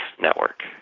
network